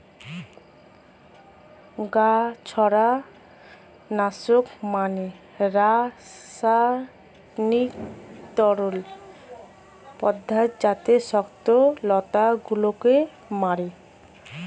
গাছড়া নাশক মানে রাসায়নিক তরল পদার্থ যাতে শক্ত লতা গুলোকে মারে